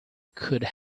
could